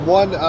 one